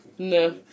No